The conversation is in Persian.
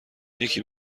یکی